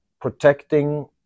protecting